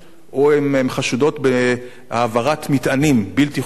או הן חשודות בהעברת מטענים בלתי חוקיים,